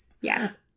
Yes